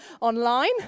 online